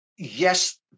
Yes